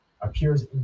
appears